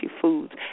foods